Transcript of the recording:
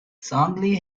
suddenly